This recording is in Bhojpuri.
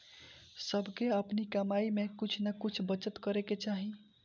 सबके अपनी कमाई में से कुछ नअ कुछ बचत करे के चाही